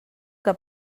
que